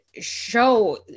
show